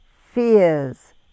fears